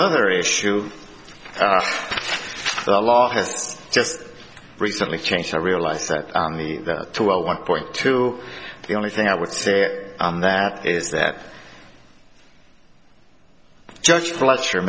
other issue the law has just recently changed i realize that to a one point two the only thing i would say that is that judge fletcher